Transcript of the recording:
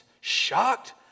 shocked